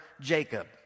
Jacob